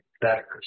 better